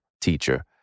teacher